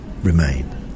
remain